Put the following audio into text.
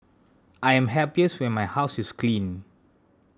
I am happiest when my house is clean